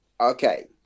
Okay